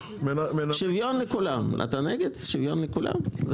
אתה נגד שוויון לכולם?